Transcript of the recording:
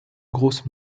grosse